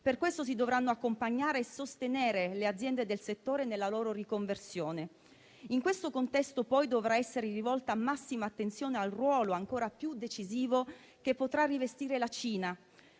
Per questo si dovranno accompagnare e sostenere le aziende del settore nella loro riconversione. In questo contesto, poi, dovrà essere rivolta massima attenzione al ruolo ancora più decisivo che potrà rivestire la Cina.